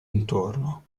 intorno